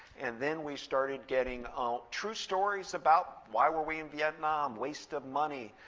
and then we started getting true stories about why were we in vietnam, waste of money,